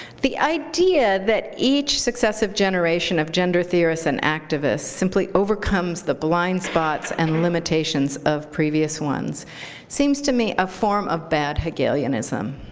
the idea that each successive generation of gender theorists and activists simply overcomes the blind spots and limitations of previous ones seems to me a form of bad hegelianism,